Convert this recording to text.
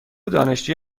دانشجوی